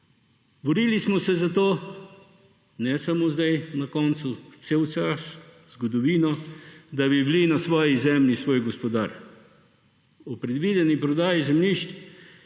Borili smo se za to, ne samo zdaj na koncu, cel čas, skozi zgodovino, da bi bili na svoji zemlji svoj gospodar. V predvideni prodaji zemljišč,